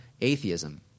atheism